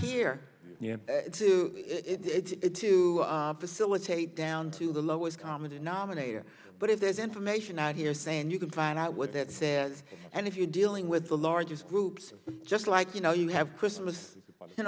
here to it to facilitate down to the lowest common denominator but if there's information out here saying you can find out what that says and if you're dealing with the largest groups just like you know you have christmas you